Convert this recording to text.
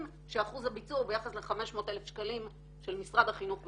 שאחוז הביצוע הוא ביחס ל-500,000 שקלים של משרד החינוך בלבד.